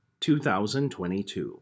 2022